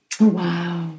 Wow